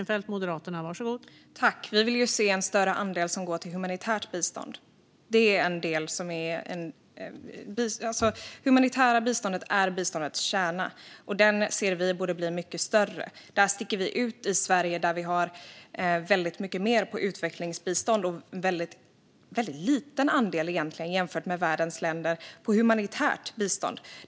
Fru talman! Vi vill se en större andel som går till humanitärt bistånd. Det humanitära biståndet är biståndets kärna, och vi anser att den borde bli mycket större. Sverige sticker ut i och med att vi har väldigt mycket i utvecklingsbistånd och en egentligen väldigt liten andel i humanitärt bistånd jämfört med andra länder i världen.